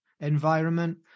environment